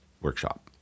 workshop